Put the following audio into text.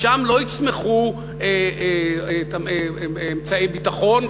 משם לא יצמחו אמצעי ביטחון,